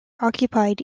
occupied